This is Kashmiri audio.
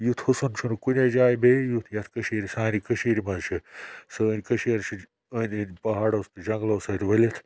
یُتھ حُسُن چھُنہٕ کُنے جایہِ بیٚیہِ یُتھ یَتھ کٔشیٖر سانہِ کٔشیٖرِ منٛز چھِ سٲنۍ کٔشیٖر چھِ أنٛدۍ أنٛدۍ پَہاڑو تہٕ جنٛگلو سۭتۍ ؤلِتھ